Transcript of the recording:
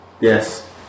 Yes